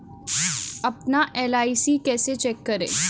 अपना एल.आई.सी कैसे चेक करें?